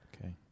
Okay